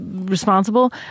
responsible